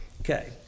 okay